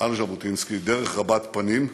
על ז'בוטינסקי, "דרך רבת פנים".